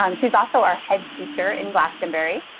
um she's also our head teacher in glastonbury,